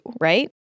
right